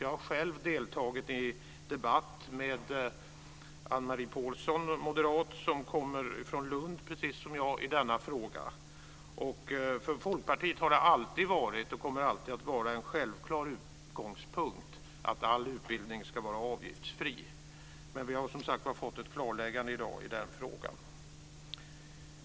Jag har själv deltagit i en debatt med moderaten Ann-Marie Pålsson, som kommer från Lund precis som jag, i denna fråga. För Folkpartiet har det alltid varit och kommer alltid att vara en självklar utgångspunkt att all utbildning ska vara avgiftsfri. Men vi har som sagt fått ett klarläggande i dag i den frågan.